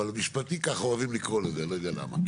אבל משפטי ככה אוהבים לקרוא לזה, לא יודע למה.